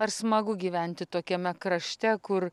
ar smagu gyventi tokiame krašte kur